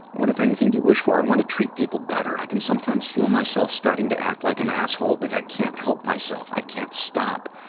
what, if anything, do you wish for? i want to treat people better. can sometimes feel myself starting to act like an asshole but i can't help myself. i can't stop.